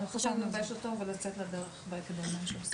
אותו ולצאת לדרך בהקדם.